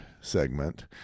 segment